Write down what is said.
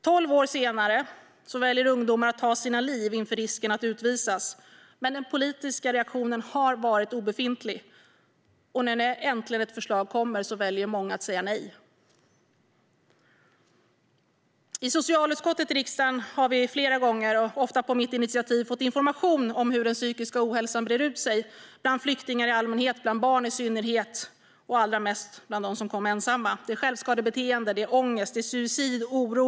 Tolv år senare väljer ungdomar att ta sina liv inför risken att utvisas. Men den politiska reaktionen har varit obefintlig. Och när ett förslag äntligen kommer väljer många att säga nej. I socialutskottet i riksdagen har vi flera gånger, ofta på mitt initiativ, fått information om hur den psykiska ohälsan brer ut sig bland flyktingar i allmänhet och barn i synnerhet - och allra mest bland de som kommit ensamma. Det är självskadebeteende. Det är ångest. Det är suicid. Det är oro.